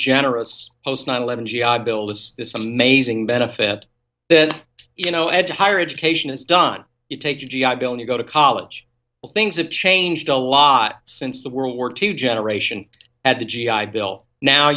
generous post nine eleven g i bill is this amazing benefit then you know add to higher education is done you take the g i bill and you go to college well things have changed a lot since the world war two generation at the g i bill now